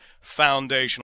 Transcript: Foundation